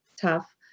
tough